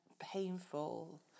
painful